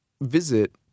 visit